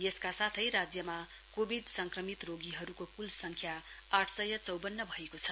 यसका साथै राज्यमा कोविड संक्रमित रोगीहरूको क्ल संख्या आठ सय चौवन्न भएको छ